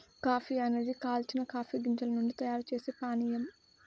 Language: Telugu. కాఫీ అనేది కాల్చిన కాఫీ గింజల నుండి తయారు చేసే పానీయం